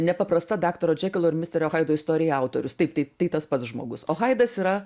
nepaprasta daktaro džekilo ir misterio haido istorija autorius taip taip tai tas pats žmogus o haidas yra